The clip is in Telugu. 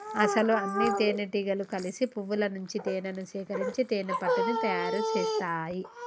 అసలు అన్నితేనెటీగలు కలిసి పువ్వుల నుంచి తేనేను సేకరించి తేనెపట్టుని తయారు సేస్తాయి